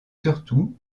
surtout